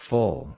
Full